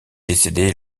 décédé